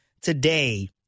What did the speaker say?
today